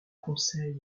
conseil